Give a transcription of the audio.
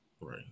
Right